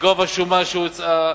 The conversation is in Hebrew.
מגובה שומה שהוצאה,